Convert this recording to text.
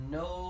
no